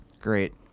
great